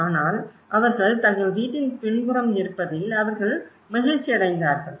ஆனால் அவர்கள் தங்கள் வீட்டின் பின்புறம் இருப்பதில் அவர்கள் மகிழ்ச்சியடைந்தார்கள்